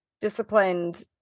disciplined